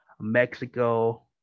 Mexico